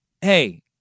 Hey